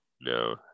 No